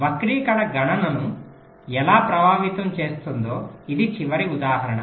వక్రీకరణ గణనను ఎలా ప్రభావితం చేస్తుందో ఇది చివరి ఉదాహరణ